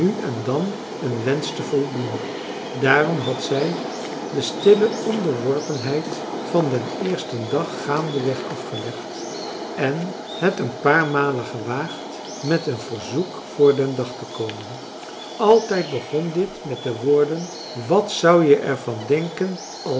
en dan een wensch te voldoen daarom had zij de stille onderworpenheid van den eersten dag gaandeweg afgelegd en het een paar malen gewaagd met een verzoek voor den dag te komen altijd begon dit met de woorden wat zou je er van denken